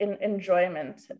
enjoyment